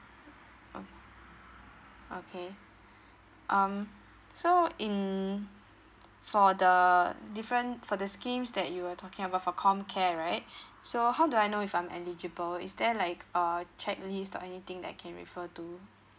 orh okay um so in for the different for the schemes that you were talking about for comcare right so how do I know if I'm eligible is there like uh check list or anything that I can refer to